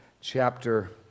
chapter